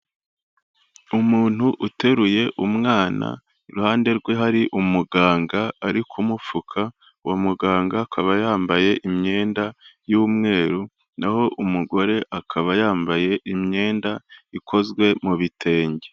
Umuntu uteruye umwana, iruhande rwe hari umuganga ari kumupfuka, uwo muganga akaba yambaye imyenda y'umweru, na ho umugore akaba yambaye imyenda ikozwe mu bitenge.